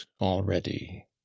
already